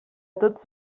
tots